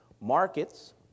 markets